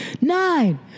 nine